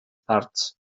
parts